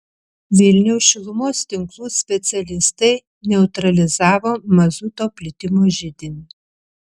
vilniaus šilumos tinklų specialistai neutralizavo mazuto plitimo židinį